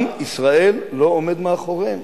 עם ישראל לא עומד מאחוריהם.